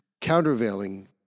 countervailing